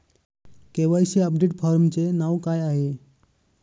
KYC update फॉर्मचे नाव काय आहे?